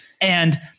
And-